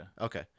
okay